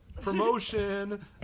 promotion